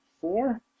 Four